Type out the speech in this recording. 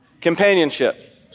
companionship